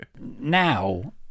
Now